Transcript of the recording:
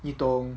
你懂